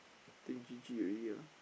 think G_G already ah